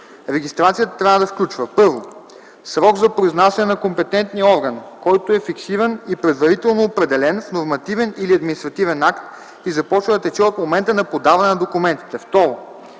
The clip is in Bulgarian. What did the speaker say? Регистрацията трябва да включва: 1. срок за произнасяне на компетентния орган, който е фиксиран и предварително определен в нормативен или административен акт и започва да тече от момента на подаване на документите;